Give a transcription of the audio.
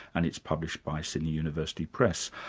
and it's published by sydney university press.